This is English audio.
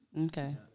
Okay